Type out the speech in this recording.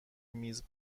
میز